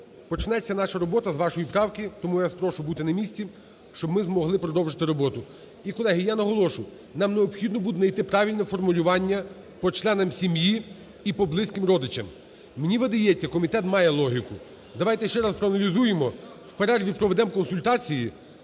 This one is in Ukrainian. почнеться наша робота з вашої правки, тому я вас прошу бути на місці, щоб ми змогли продовжити роботу. І, колеги, я наголошую, нам необхідно буде найти правильне формулювання по членам сім'ї і по близьким родичам. Мені видається, комітет має логіку. Давайте ще раз проаналізуємо, в перерві проведем консультації,